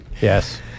Yes